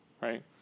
right